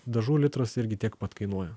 dažų litras irgi tiek pat kainuoja